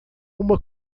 uma